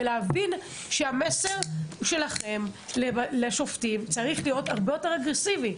ולהבין שהמסר שלכם לשופטים צריך להיות הרבה יותר אגרסיבי.